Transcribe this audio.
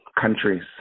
countries